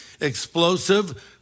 explosive